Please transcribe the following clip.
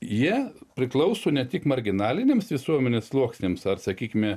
jie priklauso ne tik marginaliniams visuomenės sluoksniams ar sakykime